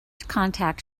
contact